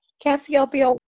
Cassiopeia